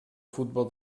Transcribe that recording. futbol